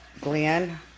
Glenn